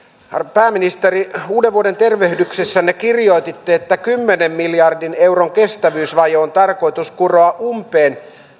pääministeri uudenvuodentervehdyksessänne kirjoititte että kymmenen miljardin euron kestävyysvaje on tarkoitus kuroa umpeen